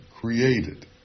created